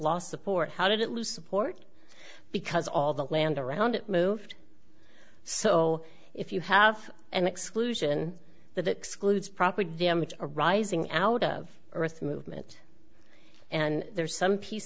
lost support how did it loose support because all the land around it moved so if you have an exclusion that excludes property damage arising out of earth movement and there's some piece